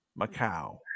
Macau